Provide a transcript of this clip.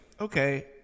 okay